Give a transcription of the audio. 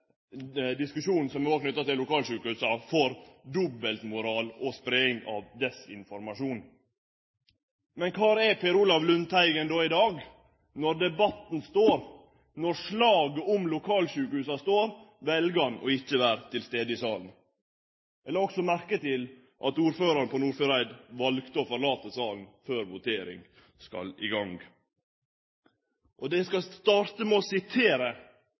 diskusjonen, som òg er knytt til lokalsjukehusa, for dobbeltmoral og spreiing av desinformasjon. Men kvar er Per Olaf Lundteigen no i dag, når debatten går? Når slaget om lokalsjukehusa står, vel han å ikkje vere til stades i salen. Eg la også merke til at ordføraren frå Nordfjordeid valde å forlate salen før vi skal i gang med voteringa. Eg skal avslutte med å sitere